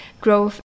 growth